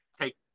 take